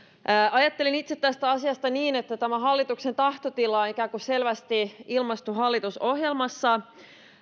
ajattelen itse tästä asiasta niin että tämä hallituksen tahtotila on ikään kuin selvästi ilmaistu hallitusohjelmassa